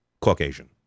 Caucasian